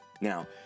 Now